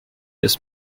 ist